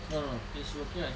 no no no is working out